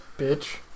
Bitch